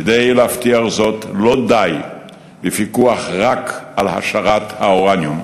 כדי להבטיח זאת לא די בפיקוח על העשרת האורניום.